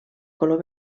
color